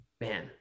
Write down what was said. man